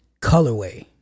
colorway